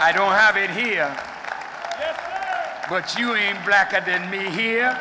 i don't have it here they were you in black and then me here